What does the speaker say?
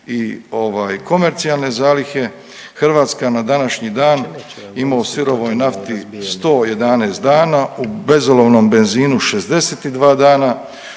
komercijalne zalihe, Hrvatska na današnji dan ima u sirovoj nafti 111 dana, u bezolovnom benzinu 62 dana,